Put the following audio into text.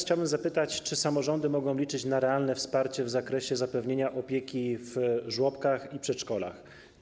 Chciałbym zapytać: Czy samorządy mogą liczyć na realne wsparcie w zakresie zapewnienia opieki w żłobkach i przedszkolach?